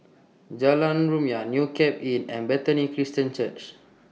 Jalan Rumia New Cape Inn and Bethany Christian Church